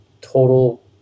total